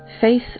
faith